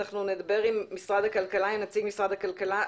אנחנו נדבר עם נציגת משרד הכלכלה.